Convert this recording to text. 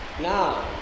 Now